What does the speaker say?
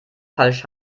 falsch